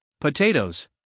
potatoes